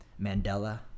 Mandela